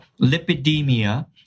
lipidemia